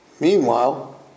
Meanwhile